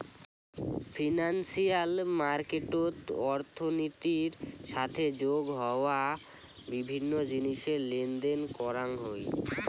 financial মার্কেটত অর্থনীতির সাথে যোগ হওয়া বিভিন্ন জিনিসের লেনদেন করাং হই